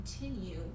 continue